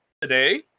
Today